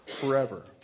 forever